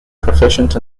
proficient